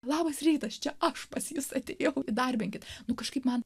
labas rytas čia aš pas jus atėjau įdarbinkit nu kažkaip man